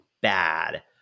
bad